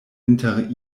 inter